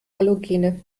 halogene